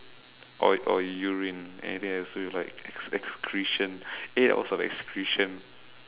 or or you urine anything that has to do with like excretion eight hours of excretion